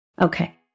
Okay